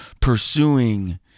pursuing